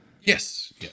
Yes